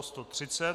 130.